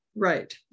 Right